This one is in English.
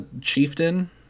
Chieftain